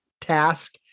task